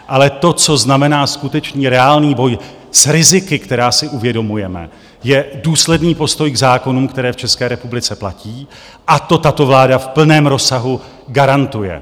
Ale to, co znamená skutečný, reálný boj s riziky, která si uvědomujeme, je důsledný postoj k zákonům, které v České republice platí, a to tato vláda v plném rozsahu garantuje.